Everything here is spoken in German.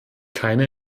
keine